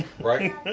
Right